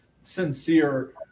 sincere